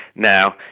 now,